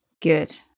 Good